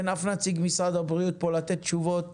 שאין אף נציג משרד הבריאות פה לתת תשובות